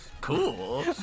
Cool